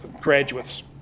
graduates